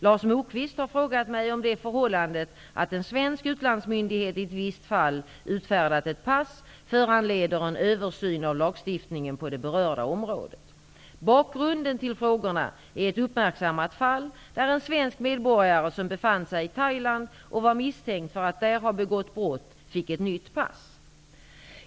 Lars Moquist har frågat mig om det förehållandet att en svensk utlandsmyndighet i ett visst fall utfärdat ett pass föranleder en översyn av lagstiftningen på det berörda området. Bakgrunden till frågorna är ett uppmärksammat fall där en svensk medborgare, som befann sig i Thailand och var misstänkt för att där ha begått brott, fick ett nytt pass.